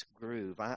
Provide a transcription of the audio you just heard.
groove